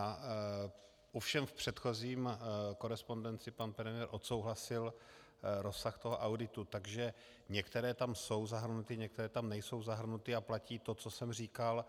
Ovšem v předchozí korespondenci pan premiér odsouhlasil rozsah toho auditu, takže některé tam jsou zahrnuty, některé tam nejsou zahrnuty a platí to, co jsem říkal.